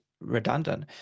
redundant